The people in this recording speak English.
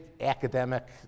academic